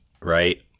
right